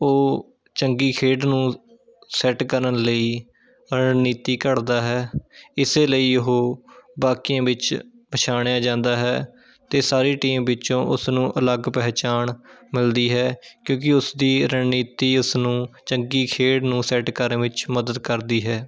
ਉਹ ਚੰਗੀ ਖੇਡ ਨੂੰ ਸੈੱਟ ਕਰਨ ਲਈ ਰਣਨੀਤੀ ਘੜਦਾ ਹੈ ਇਸੇ ਲਈ ਉਹ ਬਾਕੀਆਂ ਵਿੱਚ ਪਛਾਣਿਆ ਜਾਂਦਾ ਹੈ ਅਤੇ ਸਾਰੀ ਟੀਮ ਵਿੱਚੋਂ ਉਸ ਨੂੰ ਅਲੱਗ ਪਹਿਚਾਣ ਮਿਲਦੀ ਹੈ ਕਿਉਂਕਿ ਉਸ ਦੀ ਰਣਨੀਤੀ ਉਸ ਨੂੰ ਚੰਗੀ ਖੇਡ ਨੂੰ ਸੈੱਟ ਕਰਨ ਵਿੱਚ ਮਦਦ ਕਰਦੀ ਹੈ